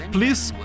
Please